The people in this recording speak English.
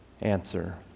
answer